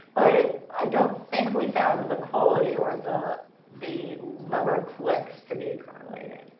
but i don't think we found the quality or the the number of clicks to be correlated.